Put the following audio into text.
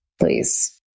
Please